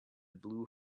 blue